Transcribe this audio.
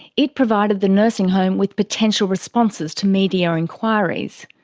it provided the nursing home with potential responses to media inquiries.